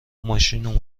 ماشین